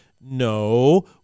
no